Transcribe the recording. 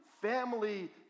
Family